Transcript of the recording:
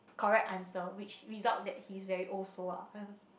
correct answer which result that he is very old so ah